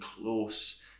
close